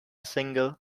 single